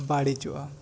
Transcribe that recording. ᱵᱟᱲᱤᱡᱚᱜ ᱟ